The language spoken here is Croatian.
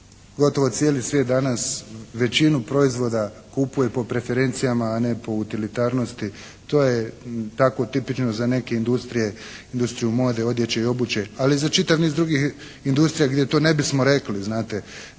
gotovo cijeli svijet danas većinu proizvoda kupuje po preferencijama a ne po ulititarnosti. To je tako tipično za neke industrije, industriju mode odjeće i obuće, ali i za čitav niz drugih industrija gdje to ne bismo rekli znate.